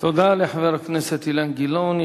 תודה לחבר הכנסת אילן גילאון.